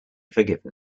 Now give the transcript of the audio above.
forgiven